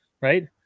right